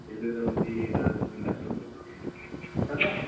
ಎಲ್ಲಿಂದ ಬಂದೀ ಏನಾ ನಿನ್ನ ಲೈಸೆನ್ಸ್ ತೋರ್ಸ್ಬೇಕು ಇಲ್ಲಿ ಮಾತಾಡ್ಲಾ